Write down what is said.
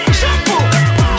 shampoo